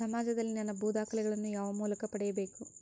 ಸಮಾಜದಲ್ಲಿ ನನ್ನ ಭೂ ದಾಖಲೆಗಳನ್ನು ಯಾವ ಮೂಲಕ ಪಡೆಯಬೇಕು?